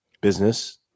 business